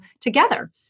together